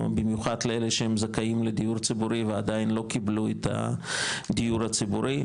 במיוחד לאלה שהם זכאים לדיור ציבורי ועדיין לא קיבלו את הדיור הציבורי,